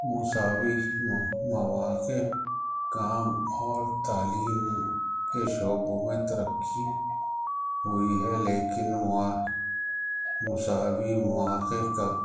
مساوی مواقع کام اور تعلیم کے شعبوں میں ترقی ہوئی ہے لیکن مساوی مواقع کا